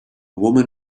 woman